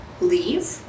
leave